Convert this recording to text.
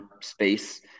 space